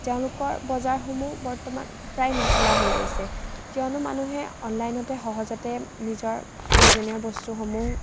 তেওঁলোকৰ বজাৰসমূহ বৰ্তমান প্ৰায় নচলা হৈ গৈছে কিয়নো মানুহে অনলাইনতে সহজতে নিজৰ প্ৰয়োজনীয় বস্তুসমূহ